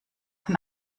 von